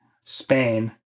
Spain